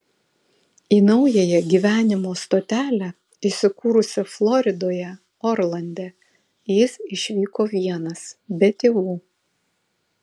į naująją gyvenimo stotelę įsikūrusią floridoje orlande jis išvyko vienas be tėvų